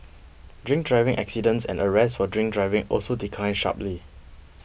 drink driving accidents and arrests for drink driving also declined sharply